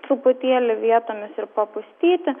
truputėlį vietomis ir papustyti